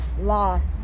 loss